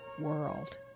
world